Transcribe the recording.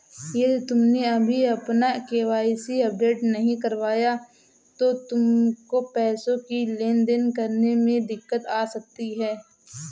यदि तुमने अभी अपना के.वाई.सी अपडेट नहीं करवाया तो तुमको पैसों की लेन देन करने में दिक्कत आ सकती है